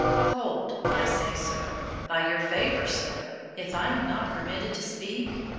hold i say, sir by your favor, sir if i am not permitted to speak